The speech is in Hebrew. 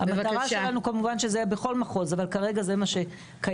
המטרה שלנו כמובן שזה יהיה בכל מחוז אבל כרגע זה מה שקיים.